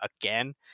again